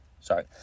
sorry –